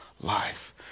life